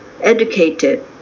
educated